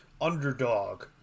underdog